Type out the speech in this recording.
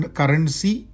currency